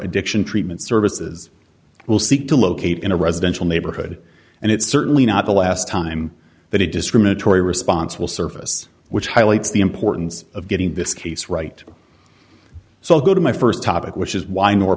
addiction treatment services will seek to locate in a residential neighborhood and it's certainly not the last time that a discriminatory response will surface which highlights the importance of getting this case right so i'll go to my st topic which is why nor